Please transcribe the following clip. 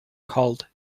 called